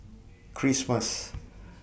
Christmas